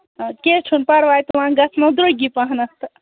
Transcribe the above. کیٚنٛہہ چھُنہٕ پَرواے وۅنۍ گژھنو درٛۅگی پَہم تہٕ